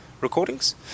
recordings